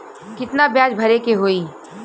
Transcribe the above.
कितना ब्याज भरे के होई?